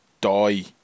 die